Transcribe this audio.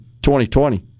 2020